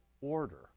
order